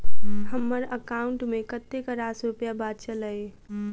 हम्मर एकाउंट मे कतेक रास रुपया बाचल अई?